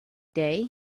day